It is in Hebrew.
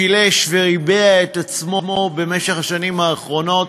שילש וריבע את עצמו בשנים האחרונות,